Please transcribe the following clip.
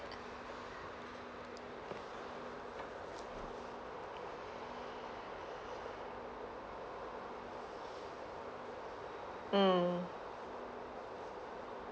mm